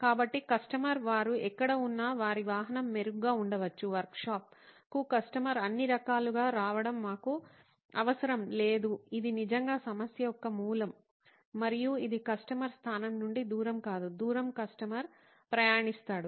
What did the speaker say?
కాబట్టి కస్టమర్ వారు ఎక్కడ ఉన్నా వారి వాహనం మెరుగ్గా ఉండవచ్చు వర్క్షాప్కు కస్టమర్ అన్ని రకాలుగా రావడం మాకు అవసరం లేదు ఇది నిజంగా సమస్య యొక్క మూలం మరియు ఇది కస్టమర్ స్థానం నుండి దూరం కాదు దూరం కస్టమర్ ప్రయాణిస్తాడు